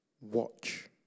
watch